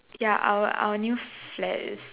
ya our our our new flat is